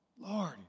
Lord